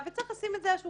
וצריך לשים את זה על השולחן.